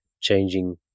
changing